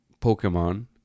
Pokemon